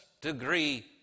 degree